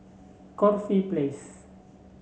Corfe Place